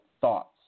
thoughts